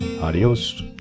Adios